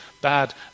bad